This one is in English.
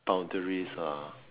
boundaries ah